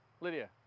Lydia